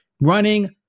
running